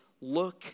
look